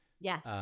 Yes